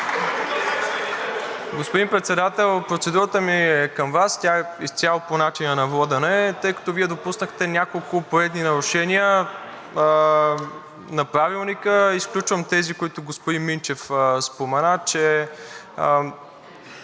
Господин Председател, процедурата ми е към Вас, тя е изцяло по начина на водене, тъй като Вие допуснахте няколко поредни нарушения на Правилника. Изключвам тези, които господин Минчев спомена, че